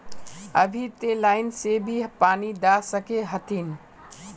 अभी ते लाइन से भी पानी दा सके हथीन?